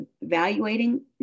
evaluating